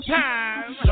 time